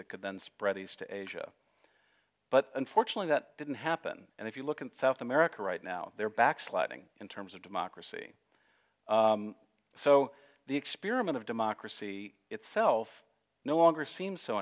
that could then spread these to asia but unfortunately that didn't happen and if you look at south america right now they're back sliding in terms of democracy so the experiment of democracy itself no longer seems so